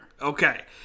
Okay